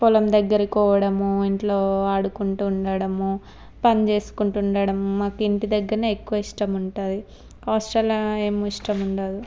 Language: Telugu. పొలం దగ్గరకి పోవడము ఇంట్లో ఆడుకుంటూ ఉండడము పని చేసుకుంటూ ఉండడము మాకు ఇంటిదగ్గరనే ఎక్కువ ఇష్టం ఉంటుంది హాస్టళ్ళ ఏం ఇష్టం ఉండదు